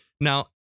Now